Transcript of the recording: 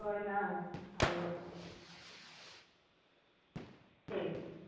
हां जी ते एह् ना ठीक